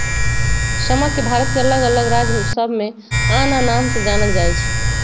समा के भारत के अल्लग अल्लग राज सभमें आन आन नाम से जानल जाइ छइ